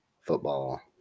football